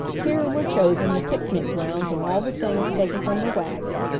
here were chosen the picnic grounds and all the things taken from the wagon,